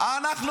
תדאג,